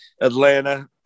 Atlanta